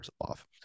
off